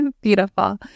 Beautiful